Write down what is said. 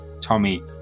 Tommy